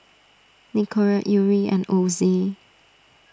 Nicorette Yuri and Ozi